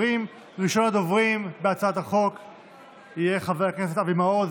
בני ה-67 יקבלו מענק הסתגלות של עד 4,000 ש"ח,